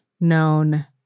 known